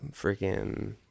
freaking